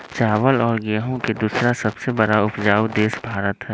चावल और गेहूं के दूसरा सबसे बड़ा उपजाऊ देश भारत हई